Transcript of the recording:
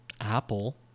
Apple